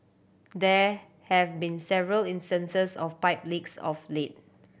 there have been several instances of pipe leaks of late